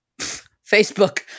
Facebook